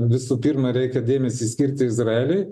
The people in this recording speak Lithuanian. visų pirma reikia dėmesį skirti izraeliui